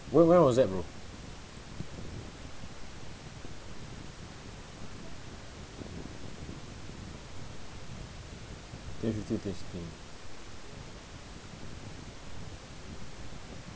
where where was that bro if you did this thing